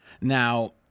Now